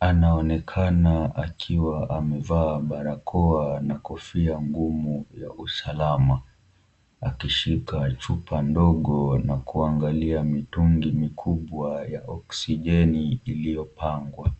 Anaonekana akiwa amevaa barakoa na kofia ngumu ya usalama akishika chupa ndogo na kuangalia mitungi mikubwa ya oksijeni iliyopangwa.